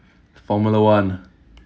formula one